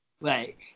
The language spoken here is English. Right